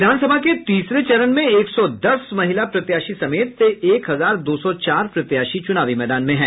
विधानसभा के तीसरे चरण में एक सौ दस महिला प्रत्याशी समेत एक हजार दो सौ चार प्रत्याशी चुनावी मैदान में हैं